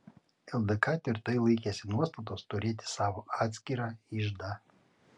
ldk tvirtai laikėsi nuostatos turėti savo atskirą iždą